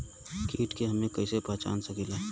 कीट के हम कईसे पहचान सकीला